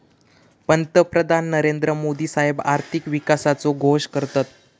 पंतप्रधान नरेंद्र मोदी साहेब आर्थिक विकासाचो घोष करतत